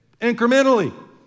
incrementally